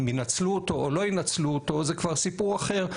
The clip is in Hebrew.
אם ינצלו אותו לא ינצלו אותו זה כבר סיפור אחר,